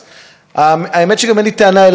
האמת היא שגם אין לי טענה אלייך באופן אישי.